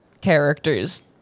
characters